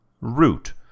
Root